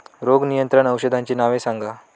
रोग नियंत्रण औषधांची नावे सांगा?